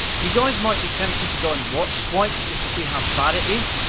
you guys might be tempted to go and watch swiped just to see how bad it is,